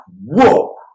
whoa